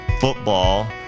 football